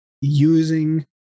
using